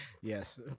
Yes